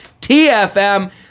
TFM